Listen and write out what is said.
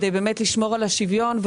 באמת כדי לשמור על השוויון,